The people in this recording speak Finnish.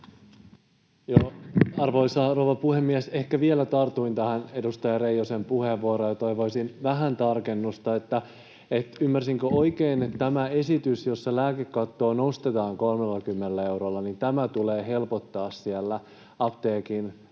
Arvoisa rouva puhemies! Ehkä vielä tartun tähän edustaja Reijosen puheenvuoroon ja toivoisin vähän tarkennusta. Ymmärsinkö oikein, että tämä esitys, jossa lääkekattoa nostetaan 30 eurolla, tulee helpottamaan siellä